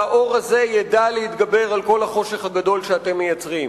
והאור הזה ידע להתגבר על כל החושך הגדול שאתם מייצרים.